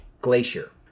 glacier